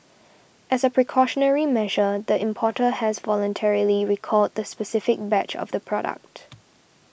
as a precautionary measure the importer has voluntarily recalled the specific batch of the product